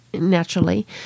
naturally